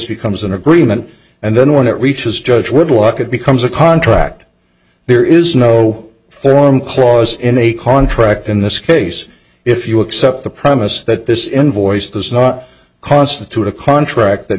becomes an agreement and then when it reaches judge would lock it becomes a contract there is no form clause in a contract in this case if you accept the premise that this invoice does not constitute a contract that